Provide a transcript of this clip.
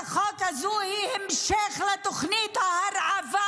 הצעת החוק הזאת היא המשך לתוכנית ההרעבה